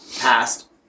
passed